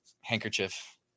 handkerchief